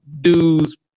dudes